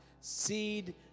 Seed